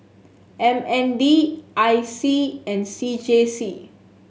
M N D I C and C J C